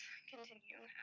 continue